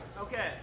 Okay